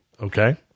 Okay